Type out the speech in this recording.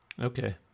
Okay